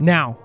Now